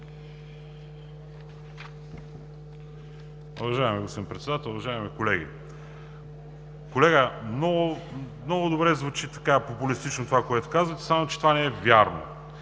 Уважаеми господин Председател, уважаеми колеги! Колега, много добре звучи и така популистично това, което казахте, само че това не е вярно.